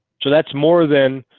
so that's more than